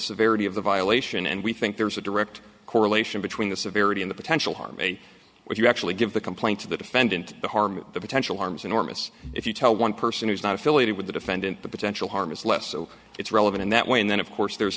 severity of the violation and we think there's a direct correlation between the severity and the potential harm may when you actually give the complaint to the defendant the harm the potential harms enormous if you tell one person who's not affiliated with the defendant the potential harm is less so it's relevant in that way and then of course there